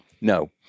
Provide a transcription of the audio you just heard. No